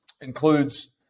includes –